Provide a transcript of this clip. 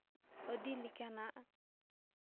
ᱟᱹᱰᱤ ᱞᱮᱠᱟᱱᱟᱜ